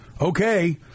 Okay